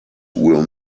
will